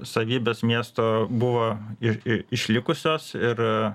savybės miesto buvo ir išlikusios ir